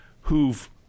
who've